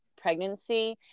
pregnancy